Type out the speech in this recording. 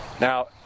Now